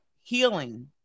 healing